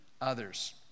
others